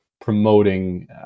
promoting